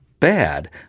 bad